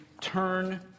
turn